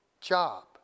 job